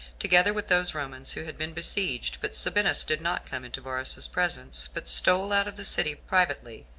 together with those romans who had been besieged but sabinus did not come into varus's presence, but stole out of the city privately,